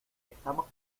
estamos